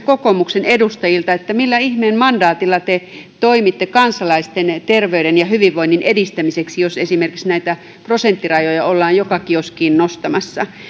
kokoomuksen edustajilta millä ihmeen mandaatilla te toimitte kansalaisten terveyden ja hyvinvoinnin edistämiseksi jos esimerkiksi näitä prosenttirajoja ollaan joka kioskiin nostamassa